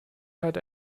hat